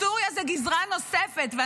סוריה זו גזרה נוספת,